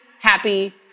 happy